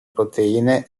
proteine